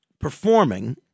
performing